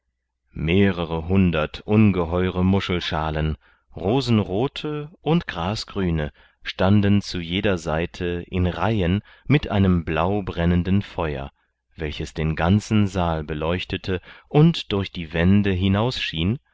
mehrere hundert ungeheure muschelschalen rosenrote und grasgrüne standen zu jeder seite in reihen mit einem blau brennenden feuer welches den ganzen saal beleuchtete und durch die wände hinausschien